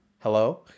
Hello